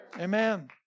Amen